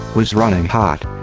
was running hot.